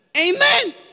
Amen